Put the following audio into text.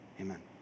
Amen